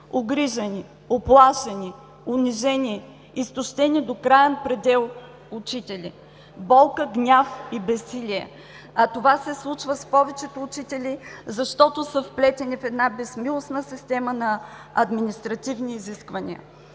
Угрижени, уплашени, унижени, изтощени до краен предел учители. Болка, гняв и безсилие! А това се случва с повечето учители, защото са вплетени в една безмилостна система на административни изисквания.